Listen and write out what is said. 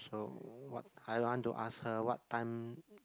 so what I want to ask her what time